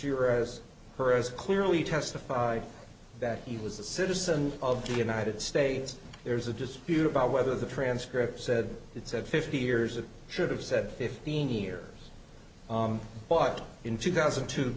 year as per as clearly testified that he was a citizen of the united states there's a dispute about whether the transcript said it said fifty years of should have said fifteen years but in two thousand t